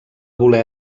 voler